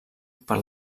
per